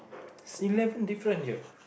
is eleven different here